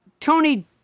Tony